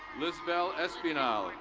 lizbelle espinal.